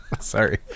Sorry